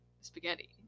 spaghetti